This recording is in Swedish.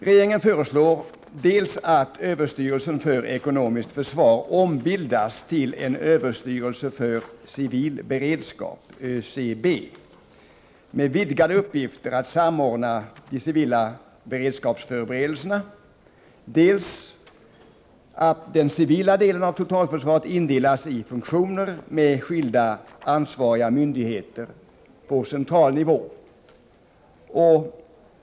Regeringen föreslår dels att överstyrelsen för ekonomiskt försvar ombildas till en överstyrelse för civil beredskap, ÖCB, med vidgade uppgifter att samordna de civila beredskapsförberedelserna, dels att den civila delen av totalförsvaret indelas i funktioner med skilda ansvariga myndigheter på central nivå.